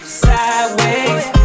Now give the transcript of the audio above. sideways